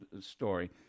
story